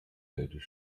nötig